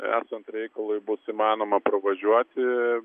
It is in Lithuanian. esant reikalui bus įmanoma pravažiuoti